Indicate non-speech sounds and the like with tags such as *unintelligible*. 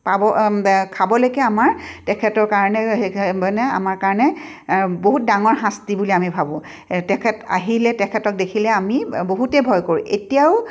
পাব খাবলৈকে আমাৰ তেখেতৰ কাৰণে *unintelligible* আমাৰ কাৰণে বহুত ডাঙৰ শাস্তি বুলি আমি ভাবোঁ তেখেত আহিলে তেখেতক দেখিলে আমি বহুতেই ভয় কৰোঁ এতিয়াও